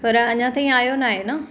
पर अञा ताईं आहियो नाहे न